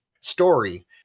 story